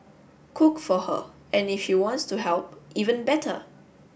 cook for her and if she wants to help even better